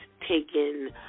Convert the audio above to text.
taken